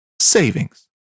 savings